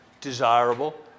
desirable